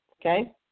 Okay